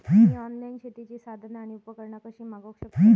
मी online शेतीची साधना आणि उपकरणा कशी मागव शकतय?